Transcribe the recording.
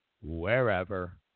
wherever